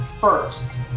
first